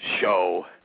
show